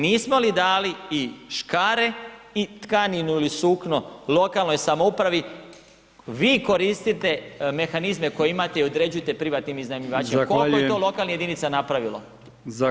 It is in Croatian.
Nismo li dali i škare i tkaninu ili sukno lokalnoj samoupravi, vi koristite mehanizme koje imate i određujete privatnim iznajmljivačima [[Upadica: Zahvaljujem]] koliko je to lokalnih jedinica napravilo?